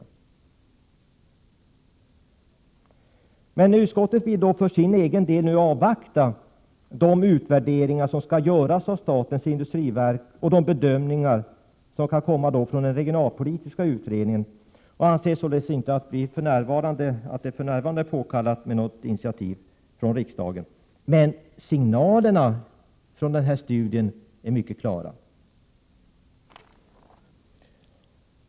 Utskottet vill för sin del avvakta de utvärderingar som skall göras av statens industriverk och de bedömningar som den regionalpolitiska utredningen kan komma att göra och anser således att det för närvarande inte är påkallat med något initiativ från riksdagen. Signalerna från denna studie är emellertid mycket klara.